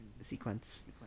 sequence